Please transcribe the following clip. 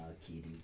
kitty